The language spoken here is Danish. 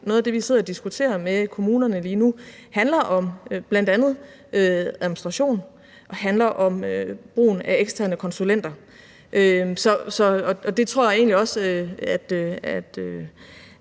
noget af det, vi sidder og diskuterer med kommunerne lige nu, bl.a. handler om administration og om brugen af eksterne konsulenter. Og det tror jeg egentlig